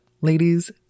Ladies